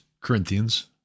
Corinthians